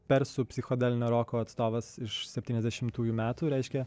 persų psichodelinio roko atstovas iš septyniasdešimtųjų metų reiškia